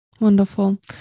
Wonderful